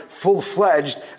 full-fledged